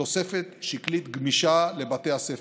תוספת שקלית גמישה לבתי הספר.